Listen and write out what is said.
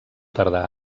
tarda